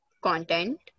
content